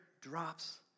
drops